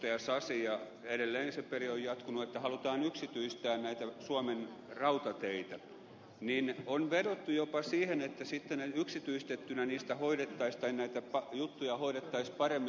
sasi ja edelleen se perinne on jatkunut että halutaan yksityistää suomen rautateitä niin on vedottu jopa siihen että sitten yksityistettynä näitä juttuja hoidettaisiin paremmin